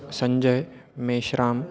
सञ्जयः मेश्राम्